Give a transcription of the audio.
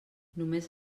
només